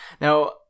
Now